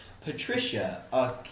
Patricia